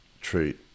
trait